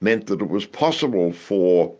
meant that it was possible for